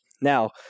Now